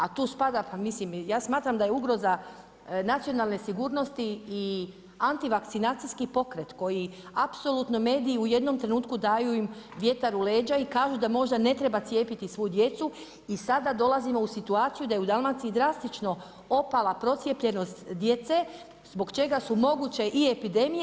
A tu spada, pa mislim ja smatram da je ugroza nacionalne sigurnosti i anti vakcinacijski pokret koji apsolutno mediji u jednom trenutku daju im vjetar u leđa i kažu da možda ne treba cijepiti svu djecu i sada dolazimo u situaciju da je u Dalmaciji drastično opala procijepljenost djece zbog čega su moguće i epidemije.